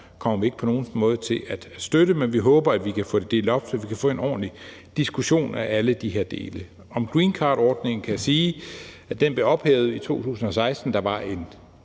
kommer vi ikke på nogen måde til at støtte, men vi håber, at vi kan få det delt op, så vi kan få en ordentlig diskussion af alle de her dele. Om greencardordningen kan jeg sige, at den blev ophævet i 2016 – der var en